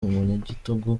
umunyagitugu